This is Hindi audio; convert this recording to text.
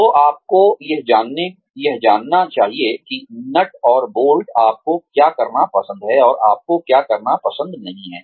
तो आपको यह जानना चाहिए कि नट और बोल्ट आपको क्या करना पसंद है और आपको क्या करना पसंद नहीं है